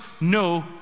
no